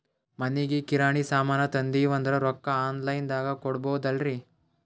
ಮನಿಗಿ ಕಿರಾಣಿ ಸಾಮಾನ ತಂದಿವಂದ್ರ ರೊಕ್ಕ ಆನ್ ಲೈನ್ ದಾಗ ಕೊಡ್ಬೋದಲ್ರಿ?